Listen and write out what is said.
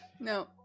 no